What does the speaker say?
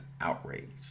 outraged